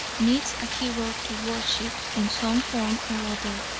needs a hero to worship in some form or other,